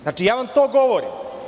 Znači, ja vam to govorim.